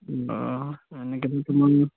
এনেক তোমাৰ